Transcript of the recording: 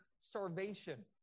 starvation